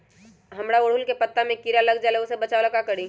हमरा ओरहुल के पत्ता में किरा लग जाला वो से बचाबे ला का करी?